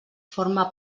forma